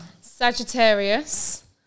Sagittarius